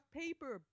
paper